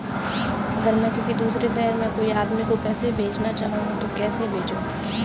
अगर मैं किसी दूसरे शहर में कोई आदमी को पैसे भेजना चाहूँ तो कैसे भेजूँ?